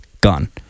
gone